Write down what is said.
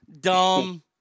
dumb